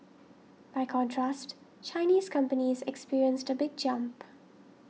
by contrast Chinese companies experienced a big jump